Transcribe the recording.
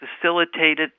facilitated